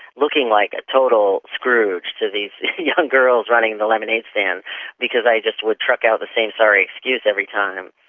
looking like a total scrooge to these young girls running the lemonade stand because i just would truck out the same sorry excuse every time.